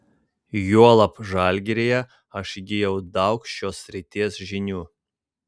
juolab žalgiryje aš įgijau daug šios srities žinių